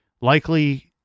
Likely